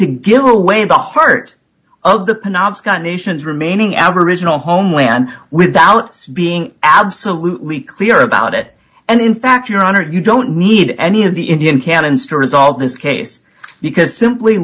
to give away the heart of the penobscot nation's remaining aboriginal homeland without us being absolutely clear about it and in fact your honor you don't need any of the indian canons to resolve this case because simply